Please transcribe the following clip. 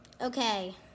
Okay